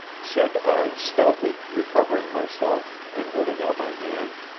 said i stoutly, recovering myself, and holding out my hand.